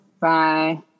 Bye